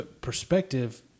perspective